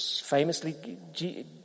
Famously